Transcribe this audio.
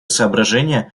соображения